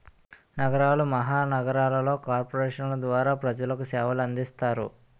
నగరాలు మహానగరాలలో కార్పొరేషన్ల ద్వారా ప్రజలకు సేవలు అందిస్తారు